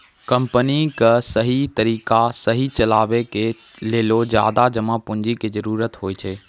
company क सहि तरिका सह चलावे के लेलो ज्यादा जमा पुन्जी के जरुरत होइ छै